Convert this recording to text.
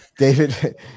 David